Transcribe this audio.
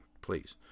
please